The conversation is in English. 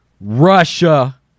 Russia